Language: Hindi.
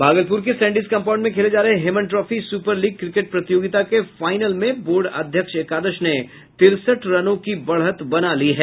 भागलपुर के सैंडिस कंपाउंड में खेले जा रहे Heman trophy super league cricket प्रतियोगिता के फाइनल में बोर्ड अध्यक्ष एकादश ने तिरसठ रनों की बढ़त बना ली है